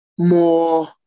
More